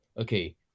okay